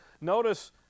Notice